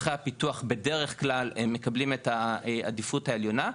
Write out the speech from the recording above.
צורכי הפיתוח בדרך כלל מקבלים את העדיפות העליונה,